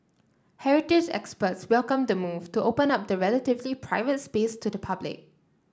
heritage experts welcomed the move to open up the relatively private space to the public